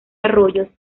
arroyos